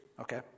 okay